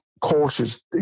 cautious